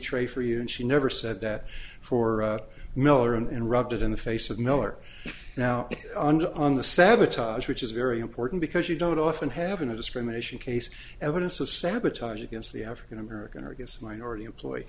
tray for you and she never said that for miller and rubbed it in the face of miller now on the sabotage which is very important because you don't often have in a discrimination case evidence of sabotage against the african american or against minority employ